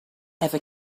ever